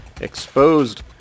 exposed